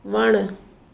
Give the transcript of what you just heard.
वणु